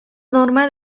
norma